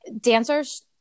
dancers